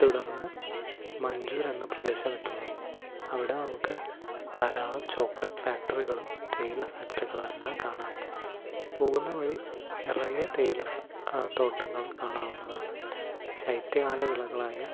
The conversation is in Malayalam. തുടർന്ന് മഞ്ചൂർ എന്ന പ്രദേശം എത്തുന്നു അവിടെ നമുക്കു ധാരാളം ചോക്ലേറ്റ് ഫാക്ടറികളും തേയില ഫാക്ടറികളെല്ലാം കാണാം പോകുന്ന വഴി നിറയെ തേയില തോട്ടങ്ങൾ കാണാവുന്നതാണ് ശൈത്യകാല വിളകളായ